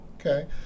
Okay